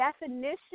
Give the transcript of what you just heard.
definition